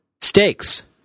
Steaks